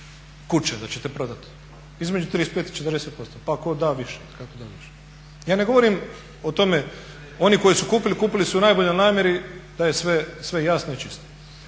kuće da ćete prodati. Između 35 i 40% pa tko da više …/Govornik se ne razumije./… Ja ne govorim o tome, oni koji su kupili, kupili su u najboljoj namjeri da je sve jasno i čisto.